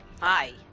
Hi